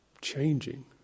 changing